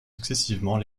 successivement